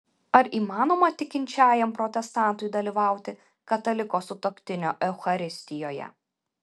ar įmanoma tikinčiajam protestantui dalyvauti kataliko sutuoktinio eucharistijoje